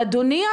אדוני,